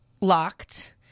locked